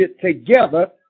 together